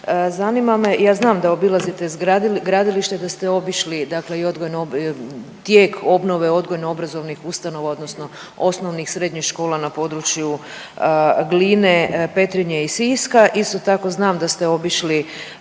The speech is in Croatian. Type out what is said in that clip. Zanima me, ja znam da obilazite gradilište i da ste obišli dakle i odgojno, tijek obnove odgojno obrazovnih ustanova odnosno osnovnih i srednjih škola na području Gline, Petrinje i Siska. Isto tako znam da ste obišli